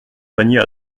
panier